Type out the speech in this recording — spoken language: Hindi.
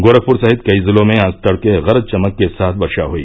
गोरखपुर सहित कई जिलों में आज तड़के गरज चमक के साथ वर्षा हुई